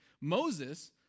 Moses